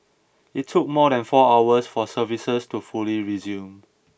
it took more than four hours for services to fully resume